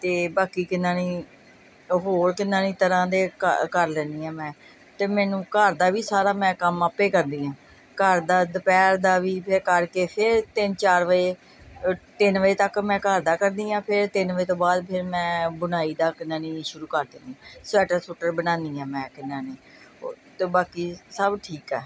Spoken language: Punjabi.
ਅਤੇ ਬਾਕੀ ਕਿੰਨਾ ਨੀ ਉਹ ਹੋਰ ਕਿੰਨਾ ਨੀ ਤਰ੍ਹਾਂ ਦੇ ਕ ਕਰ ਲੈਂਦੀ ਹਾਂ ਮੈਂ ਅਤੇ ਮੈਨੂੰ ਘਰ ਦਾ ਵੀ ਸਾਰਾ ਮੈਂ ਕੰਮ ਆਪੇ ਕਰਦੀ ਹਾਂ ਘਰ ਦਾ ਦੁਪਹਿਰ ਦਾ ਵੀ ਫਿਰ ਕਰਕੇ ਫਿਰ ਤਿੰਨ ਚਾਰ ਵਜੇ ਤਿੰਨ ਵਜੇ ਤੱਕ ਮੈਂ ਘਰ ਦਾ ਕਰਦੀ ਹਾਂ ਫਿਰ ਤਿੰਨ ਵਜੇ ਤੋਂ ਬਾਅਦ ਫਿਰ ਮੈਂ ਬੁਣਾਈ ਦਾ ਕਿੰਨਾ ਨੀ ਸ਼ੁਰੂ ਕਰ ਦਿੰਦੀ ਸਵੈਟਰ ਸਵੂਟਰ ਬਣਾਉਂਦੀ ਹਾਂ ਮੈਂ ਕਿੰਨਾ ਨੀ ਅਤੇ ਬਾਕੀ ਸਭ ਠੀਕ ਆ